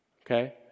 okay